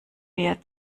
wir